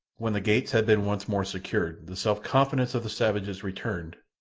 when the gates had been once more secured the self-confidence of the savages returned,